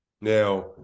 Now